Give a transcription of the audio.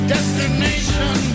Destination